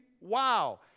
wow